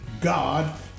God